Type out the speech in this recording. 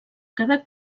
quedar